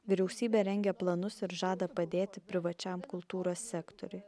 vyriausybė rengia planus ir žada padėti privačiam kultūros sektoriui